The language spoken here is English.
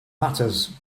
matters